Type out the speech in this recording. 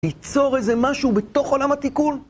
ייצור איזה משהו בתוך עולם התיקון?